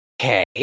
Okay